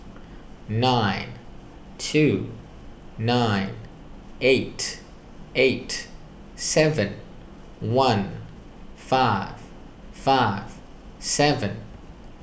nine two nine eight eight seven one five five seven